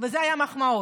אלו היו מחמאות.